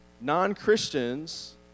non-Christians